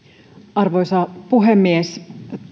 arvoisa puhemies